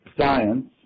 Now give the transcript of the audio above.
science